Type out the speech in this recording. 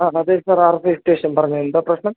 ആ അതെ sir R registration പറഞ്ഞോളൂ എന്താണ് പ്രശ്നം